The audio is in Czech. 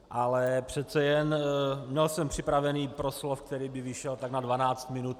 Ale přece jen měl jsem připravený proslov, který by vyšel tak na 12 minut.